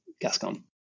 Gascon